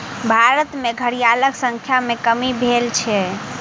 भारत में घड़ियालक संख्या में कमी भेल अछि